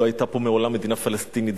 לא היתה פה מעולם מדינה פלסטינית.